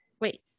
Wait